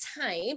time